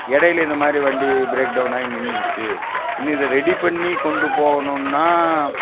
இடையில இந்த மாதிரி வண்டி பிரேக்டவுன் ஆகி நின்றுருச்சு இன்னும் இதை ரெடி பண்ணி கொண்டு போகணுனா